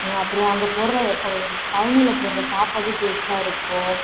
நான் அப்புறம் அங்கே போடுகிற பழனி பழனியில் போடுகிற சாப்பாடும் டேஸ்ட்டாக இருக்கும்